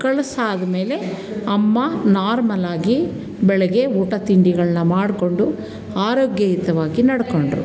ಕಳಿಸಾದಮೇಲೆ ಅಮ್ಮ ನಾರ್ಮಲ್ ಆಗಿ ಬೆಳಗ್ಗೆ ಊಟ ತಿಂಡಿಗಳನ್ನ ಮಾಡಿಕೊಂಡು ಆರೋಗ್ಯಯುತವಾಗಿ ನಡ್ಕೊಂಡ್ರು